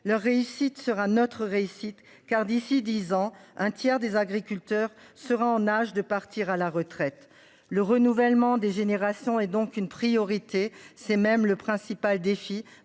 Leur réussite sera notre réussite car d'ici 10 ans un tiers des agriculteurs sera en âge de partir à la retraite, le renouvellement des générations et donc une priorité. C'est même le principal défi